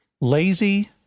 lazy